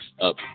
Up